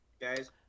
guys